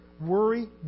worry